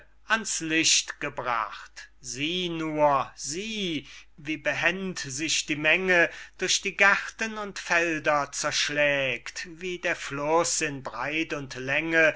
ans licht gebracht sieh nur sieh wie behend sich die menge durch die gärten und felder zerschlägt wie der fluß in breit und länge